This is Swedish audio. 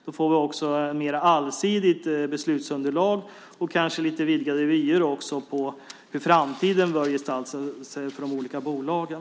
Vi får mer allsidigt beslutsunderlag och kanske lite vidgade vyer på hur framtiden bör gestalta sig för de olika bolagen.